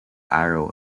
arrow